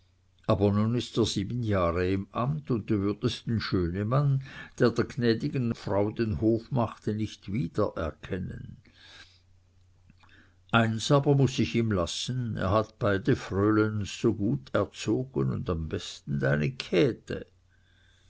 aber nun ist er sieben jahre im amt und du würdest den schönemann der der gnädigen frau den hof machte nicht wiedererkennen eins aber muß ich ihm lassen er hat beide frölens gut erzogen und am besten deine käthe